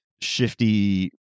shifty